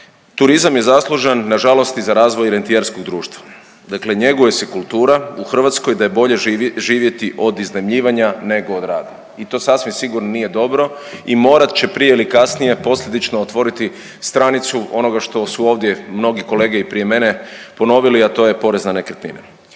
turizam je zaslužan na žalost i za razvoj rentijerskog društva. Dakle njeguje se kultura u Hrvatskoj da je bolje živjeti od iznajmljivanja nego od rada i to sasvim sigurno nije dobro i morat će prije ili kasnije posljedično otvoriti stranicu onoga što su ovdje mnogi kolege i prije mene ponovili, a to je porez na nekretnine.